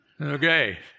Okay